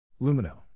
Lumino